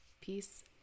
peace